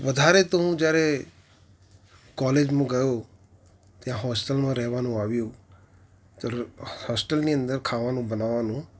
વધારે તો હું જ્યારે કોલેજમાં ગયો ત્યાં હોસ્ટેલમાં રહેવાનું આવ્યું તો હોસ્ટેલની અંદર ખાવાનું બનાવવાનું